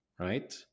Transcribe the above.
Right